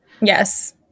Yes